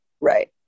Right